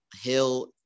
Hill